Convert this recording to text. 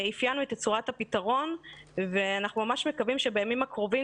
אפיינו את צורת הפתרון ואנחנו ממש מקווים שבימים הקרובים